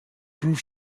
groove